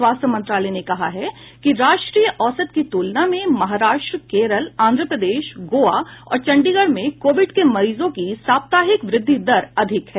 स्वास्थ्य मंत्रालय ने कहा है कि राष्ट्रीय औसत की तुलना में महाराष्ट्र केरल आंध्र प्रदेश गोवा और चंडीगढ़ में कोविड के मरीजों की साप्ताहिक वृद्धि दर अधिक है